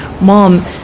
mom